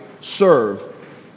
serve